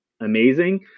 amazing